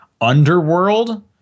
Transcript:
Underworld